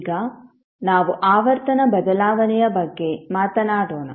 ಈಗ ನಾವು ಆವರ್ತನ ಬದಲಾವಣೆಯ ಬಗ್ಗೆ ಮಾತನಾಡೋಣ